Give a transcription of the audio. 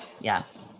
Yes